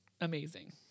Amazing